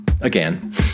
again